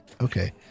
okay